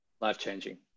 Life-changing